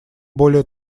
более